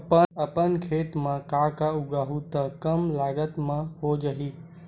अपन खेत म का का उगांहु त कम लागत म हो जाही?